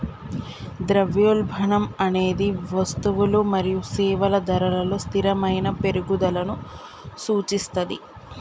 ద్రవ్యోల్బణం అనేది వస్తువులు మరియు సేవల ధరలలో స్థిరమైన పెరుగుదలను సూచిస్తది